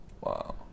Wow